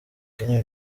kenya